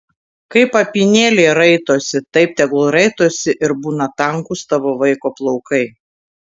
kaip apynėliai raitosi taip tegul raitosi ir būna tankūs vaiko plaukai